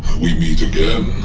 we meet again.